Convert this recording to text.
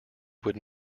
would